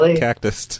cactus